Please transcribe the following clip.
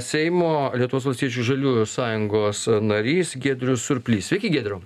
seimo lietuvos valstiečių žaliųjų sąjungos narys giedrius surplys sveiki giedriau